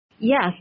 Yes